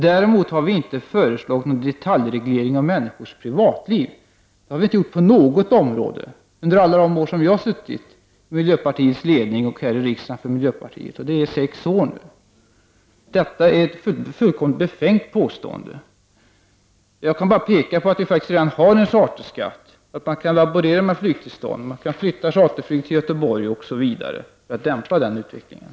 Däremot har vi inte föreslagit någon detaljreglering av människors privatliv. Det har vi inte gjort på något område under de år som jag har suttit med i riksdagen och i miljöpartiets ledning. Det är sex år nu. Detta är ett fullkomligt befängt påstående. Jag kan bara peka på att vi faktiskt redan har en charterskatt, att man kan laborera med flygtillstånd. Man kan flytta charterflyg till Göteborg osv. för att dämpa utvecklingen.